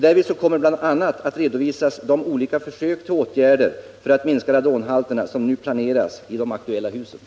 Därvid kommer man att bl.a. redovisa de olika försök som nu planeras för att minska radonhalterna i de aktuella husen.